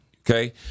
Okay